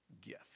gift